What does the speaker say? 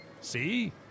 See